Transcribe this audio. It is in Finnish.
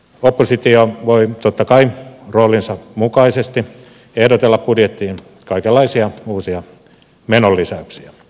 oppositio voi totta kai roolinsa mukaisesti ehdotella budjettiin kaikenlaisia uusia menolisäyksiä